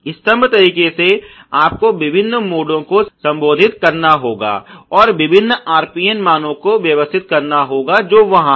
स्तंभ तरीके से आपको विभिन्न मोडों को संबोधित करना होगा और विभिन्न RPN मानों को व्यवस्थित करना होगा जो वहां हैं